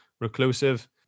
reclusive